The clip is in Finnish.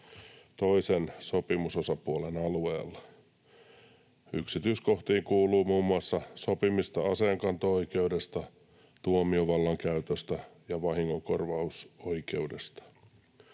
toisen sopimusosapuolen alueella. Yksityiskohtiin kuuluu muun muassa sopimista aseenkanto-oikeudesta, tuomiovallan käytöstä ja vahingonkorvausoikeudesta.